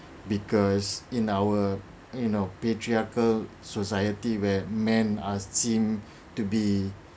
because in our in our patriarchal society where men are seem to be